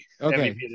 okay